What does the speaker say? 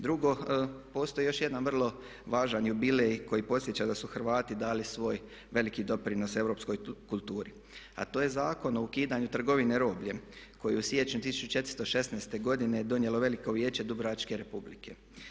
Drugo, postoji još jedan vrlo važan jubilej koji podsjeća da su Hrvati dali svoj veliki doprinos europskoj kulturi a to je Zakon o ukidanju trgovine robljem koji u siječnju 1416. godine donijelo Veliko vijeće Dubrovačke Republike.